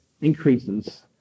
increases